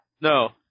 No